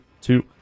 two